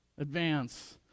advance